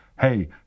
Hey